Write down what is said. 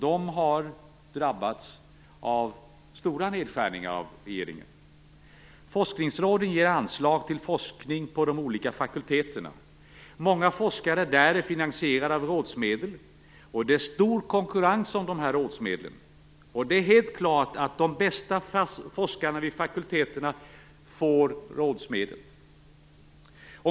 De har drabbats av stora nedskärningar från regeringens sida. Forskningsråden ger anslag till forskning på de olika fakulteterna. Många forskare där är finansierade med rådsmedel, och det är stor konkurrens om dessa rådsmedel. Det är helt klart att de bästa forskarna vid fakulteterna får rådsmedel.